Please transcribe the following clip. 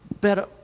Better